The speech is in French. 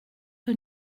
que